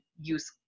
use